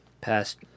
past